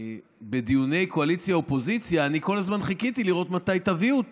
שבדיוני קואליציה-אופוזיציה כל הזמן חיכיתי לראות מתי תביאו אותו.